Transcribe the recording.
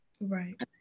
right